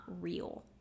real